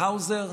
והאוזר,